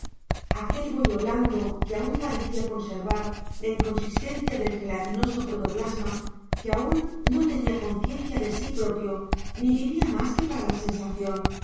aquel bollo blando que aún parecía conservar la inconsistencia del gelatinoso protoplasma que aún no tenía conciencia de sí propio ni vivía más que para la sensación